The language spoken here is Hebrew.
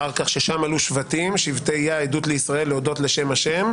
אחר כך כששם עלו שבטים: שבטי ה' עדות לישראל להודות לשם ה',